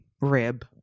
rib